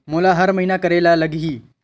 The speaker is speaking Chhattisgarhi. मोला हर महीना करे ल लगही?